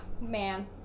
Man